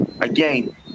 Again